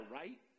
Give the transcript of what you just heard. right